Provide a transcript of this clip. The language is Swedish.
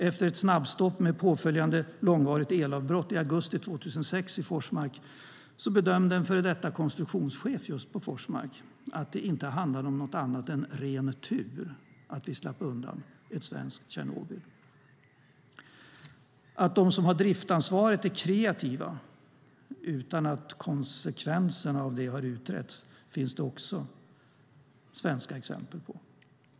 Efter ett snabbstopp med påföljande långvarigt elavbrott i augusti 2006 i Forsmark bedömde en före detta konstruktionschef på Forsmark att det inte handlade om något annat än ren tur att vi slapp undan ett svenskt Tjernobyl. Att de som har driftansvaret är kreativa utan att konsekvenserna har utretts finns det också svenska exempel på.